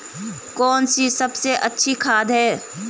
कौन सी सबसे अच्छी खाद है?